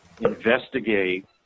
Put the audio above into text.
investigate